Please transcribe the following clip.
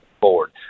forward